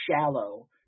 shallow